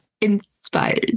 inspires